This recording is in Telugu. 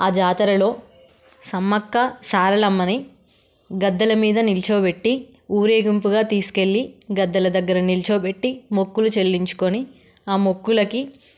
ఆ జాతరలో సమ్మక్క సారలమ్మని గద్దెల మీద నిల్చోబెట్టి ఊరేగింపుగా తీసుకెళ్ళి గద్దెల దగ్గర నిల్చోబెట్టి మొక్కులు చెల్లించుకొని ఆ మొక్కులకి